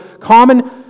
common